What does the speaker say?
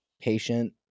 patient